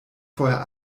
vorher